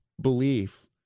belief